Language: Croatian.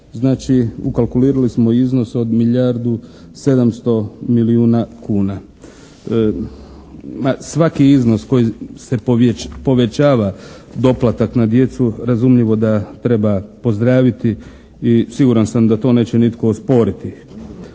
Znači, ukalkulirali smo iznos od milijardu 700 milijuna kuna. Svaki iznos koji se povećava doplatak na djecu razumljivo da treba pozdraviti i siguran sam da to neće nitko osporiti.